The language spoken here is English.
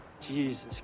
Jesus